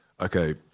okay